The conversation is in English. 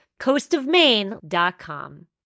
coastofmaine.com